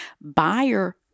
Buyer